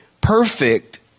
perfect